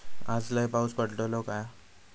आज लय पाऊस पडतलो हा काय?